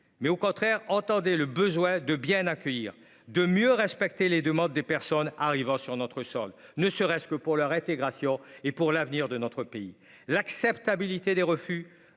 mais au contraire, entendez le besoin de bien accueillir, de mieux respecter les demandes des personnes arrivant sur notre sol ne serait-ce que pour leur intégration et pour l'avenir de notre pays l'acceptabilité des refus